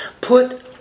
Put